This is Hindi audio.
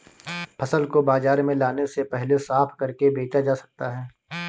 फसल को बाजार में लाने से पहले साफ करके बेचा जा सकता है?